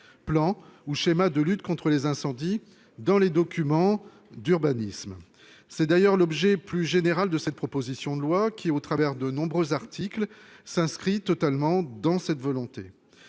plans, schémas, etc. -de lutte contre les incendies dans les documents d'urbanisme. C'est d'ailleurs l'objet plus général de cette proposition de loi qui, au travers de nombreux articles, s'inscrit totalement dans cette volonté.